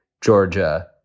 Georgia